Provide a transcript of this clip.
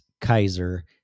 Kaiser